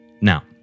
Now